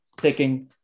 taking